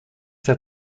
der